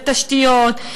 בתשתיות,